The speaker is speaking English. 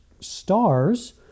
stars